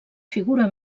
figura